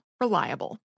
Reliable